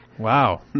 Wow